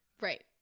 right